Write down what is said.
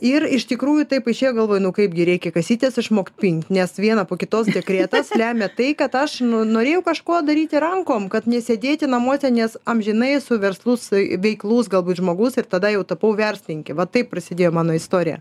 ir iš tikrųjų taip išėjo galvoju nu kaipgi reikia kasytes išmokt pint nes vieną po kitos dekretas lemia tai kad aš nu norėjau kažko daryti rankom kad nesėdėti namuose nes amžinai su verslus veiklus galbūt žmogus ir tada jau tapau verslininke va taip prasidėjo mano istorija